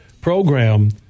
program